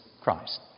Christ